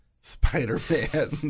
Spider-Man